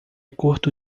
curto